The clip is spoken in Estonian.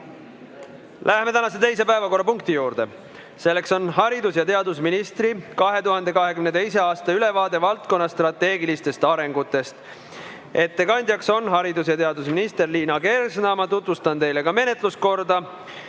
Läheme tänase teise päevakorrapunkti juurde. Haridus‑ ja teadusministri 2022. aasta ülevaade valdkonna strateegilistest arengutest. Ettekandja on haridus‑ ja teadusminister Liina Kersna. Ma tutvustan teile ka menetluskorda.